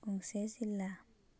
गंसे जिल्ला